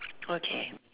okay